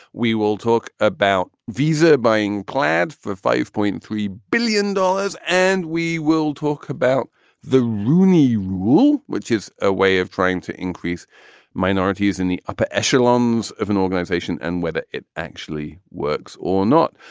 we will talk about visa buying plans for five point three billion dollars. and we will talk about the rooney rule, which is a way of trying to increase minorities in the upper echelons of an organization and whether it actually works or not.